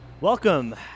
Welcome